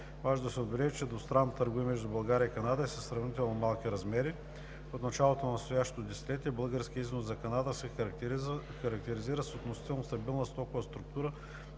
Важно е да се отбележи, че двустранната търговия между България и Канада е със сравнително малки размери. От началото на настоящото десетилетие българският износ за Канада се характеризира с относително стабилна стокова структура,